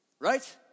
right